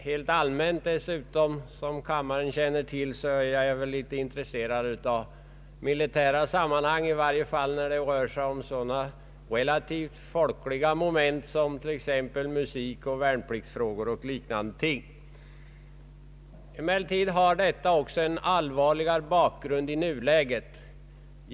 Helt allmänt är jag dessutom, som kammarens ledamöter känner till, litet intresserad av de militära sammanhangen, i varje fall när det rör sig om sådana folkliga moment som musik och värnpliktsfrågor och liknande ting. Denna fråga har emellertid också en allvarligare bakgrund i nuläget.